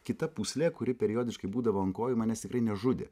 kita pūslė kuri periodiškai būdavo ant kojų manęs tikrai nežudė